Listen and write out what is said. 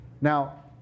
Now